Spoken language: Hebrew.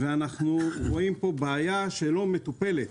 ואנחנו רואים בעיה שלא מטופלת.